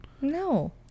No